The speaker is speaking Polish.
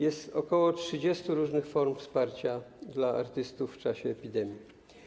Jest ok. 30 różnych form wsparcia dla artystów w czasie epidemii.